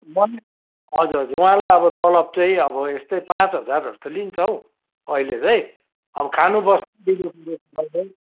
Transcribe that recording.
हजुर हजुर उहाँलाई अब तलब चाहिँ अब यस्तै पाँच हजारहरू त लिन्छ हौ अहिले चाहिँ अब खानु बस्नु